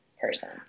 person